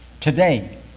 today